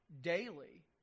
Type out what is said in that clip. daily